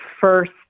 first